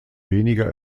weniger